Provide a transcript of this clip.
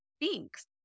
Thanks